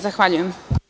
Zahvaljujem.